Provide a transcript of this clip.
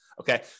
Okay